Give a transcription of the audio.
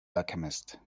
alchemist